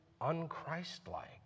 unchristlike